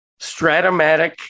Stratomatic